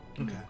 Okay